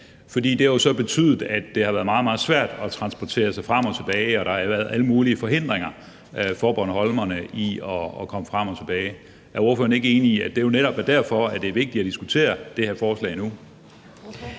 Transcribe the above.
det har jo så betydet, at det har været meget, meget svært at transportere sig frem og tilbage, og at der har været alle mulige forhindringer for bornholmerne i at komme frem og tilbage. Er ordføreren ikke enig i, at det jo netop er derfor, at det er vigtigt at diskutere det her forslag nu?